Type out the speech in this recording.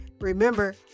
remember